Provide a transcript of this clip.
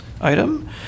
item